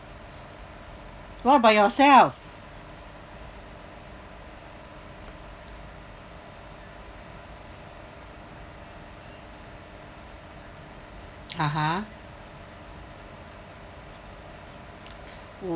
what about yourself (uh huh)